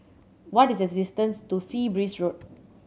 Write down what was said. what is the distance to Sea Breeze Road